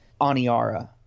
Aniara